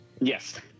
Yes